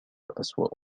أسوأ